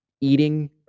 eating